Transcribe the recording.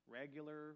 regular